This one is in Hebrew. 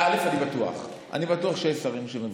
אני בטוח, אני בטוח שיש שרים שמוותרים.